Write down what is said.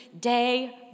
day